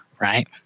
Right